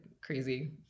crazy